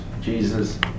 Jesus